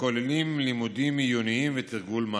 וכוללים לימודים עיוניים ותרגול מעשי.